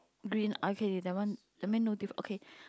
green okay that one that mean no diff okay